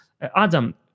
Adam